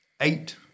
eight